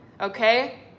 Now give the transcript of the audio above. okay